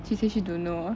she say she don't know